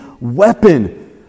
weapon